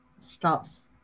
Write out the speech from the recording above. stops